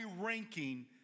ranking